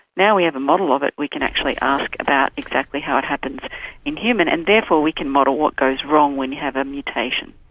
now we have a model of it, we can actually ask about exactly how it happens in humans and therefore we can model what goes wrong when you have a mutation.